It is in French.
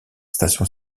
station